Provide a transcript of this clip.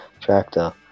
Tractor